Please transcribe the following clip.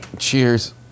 cheers